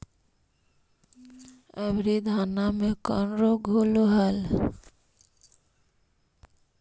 अबरि धाना मे कौन रोग हलो हल?